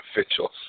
officials